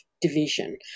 division